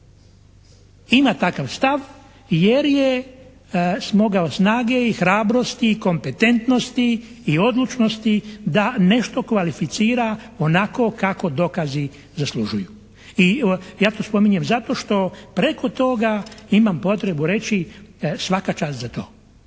ima takav stav jer je smogao snage i hrabrosti i kompetentnosti i odlučnosti da nešto kvalificira onako kako dokazi zaslužuju. I ja to spominjem zato što preko toga imam potrebu reći svaka čast za to.